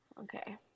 okay